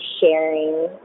sharing